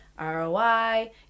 ROI